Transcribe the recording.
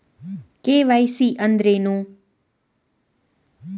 KYC ಅಂದ್ರೇನು?